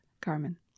Carmen